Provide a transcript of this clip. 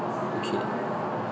okay